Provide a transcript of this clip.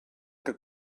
que